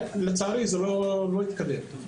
לצערי, זה לא התקדם.